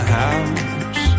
house